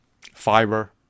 fiber